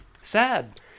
sad